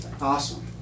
Awesome